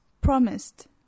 promised